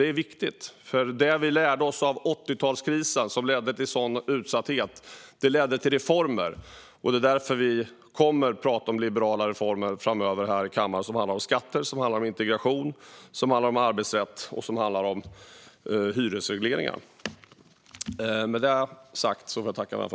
Det är viktigt, för det vi lärde oss av 80-talskrisen, som ledde till en sådan utsatthet, ledde också till reformer. Det är därför vi kommer att tala om liberala reformer framöver här i kammaren som handlar om skatter, om integration, om arbetsrätt och om hyresregleringar.